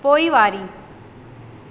पोइवारी